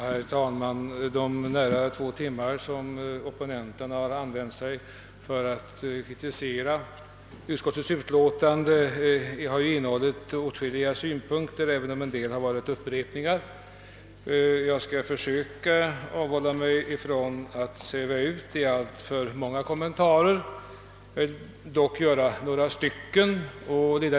Herr talman! Under de nära två timmar som opponenterna använt för att kritisera utskottets förslag har det framförts åtskilliga synpunkter även om vissa inneburit upprepningar. Jag skall försöka avhålla mig från att sväva ut i alltför många kommentarer.